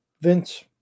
Vince